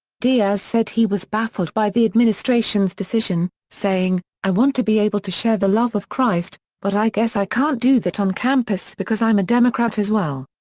diaz said he was baffled by the administration's decision, saying, i want to be able to share the love of christ, but i guess i can't do that on campus because i'm a democrat as well.